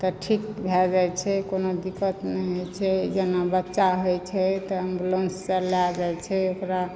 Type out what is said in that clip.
तऽ ठीक भय जाइ छै कोनो दिक्कत नहि होइ छै जेना बच्चा होइ छै तऽ एम्बुलन्ससँ लय जाइ छै ओकरा